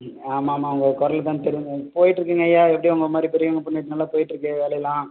ஆமாம் ஆமாம்மா உங்கள் குரலு தான் தெரியுமே போய்ட்ருக்குங்கய்யா எப்படியோ உங்களைமாரி பெரியவங்க புண்ணியத்துனால போய்ட்டுருக்கு வேலையெல்லாம்